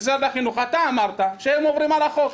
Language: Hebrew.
משרד החינוך, אתה אמרת שהם עוברים על החוק.